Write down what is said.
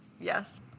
Yes